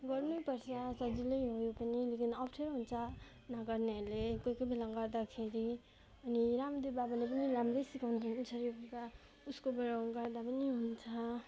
गर्नै पर्छ सजिलै हो यो पनि लेकिन अप्ठ्यारो हुन्छ नगर्नेहरूले कोही कोही बेला गर्दाखेरि अनि रामदेव बाबाले पनि राम्रै सिकाउनुहुन्छ योगा उसकोबाट गर्दा पनि हुन्छ